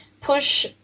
push